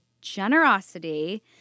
generosity